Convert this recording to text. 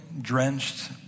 drenched